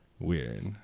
weird